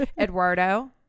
eduardo